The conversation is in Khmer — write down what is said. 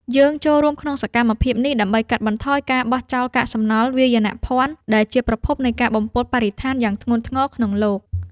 យើងចូលរួមក្នុងសកម្មភាពនេះដើម្បីកាត់បន្ថយការបោះចោលកាកសំណល់វាយនភណ្ឌ ដែលជាប្រភពនៃការបំពុលបរិស្ថានយ៉ាងធ្ងន់ធ្ងរក្នុងលោក។